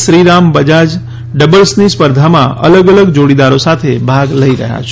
શ્રીરામ બજાજ ડબલ્સની સ્પર્ધામાં અલગ અલગ જોડીદારો સાથે ભાગ લઈ રહ્યા છે